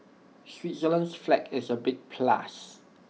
Switzerland's flag is A big plus